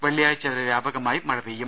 വെള്ളിയാഴ്ച വരെ വ്യാപകമായി മഴ പെയ്യും